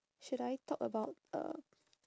should I talk about uh